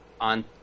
On